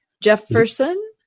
Jefferson